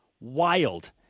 wild